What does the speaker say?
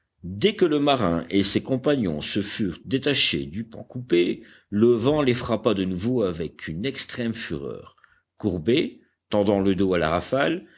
dès que le marin et ses compagnons se furent détachés du pan coupé le vent les frappa de nouveau avec une extrême fureur courbés tendant le dos à la rafale